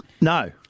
No